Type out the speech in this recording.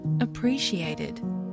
appreciated